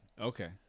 Okay